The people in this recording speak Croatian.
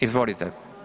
Izvolite.